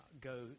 go